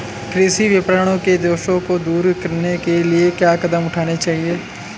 कृषि विपणन के दोषों को दूर करने के लिए क्या कदम उठाने चाहिए?